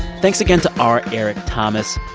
thanks again to r. eric thomas.